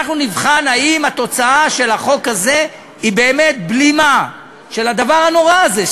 אנחנו נבחן אם התוצאה של החוק הזה היא באמת בלימה של הדבר הנורא הזה,